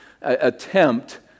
attempt